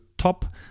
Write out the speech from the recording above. top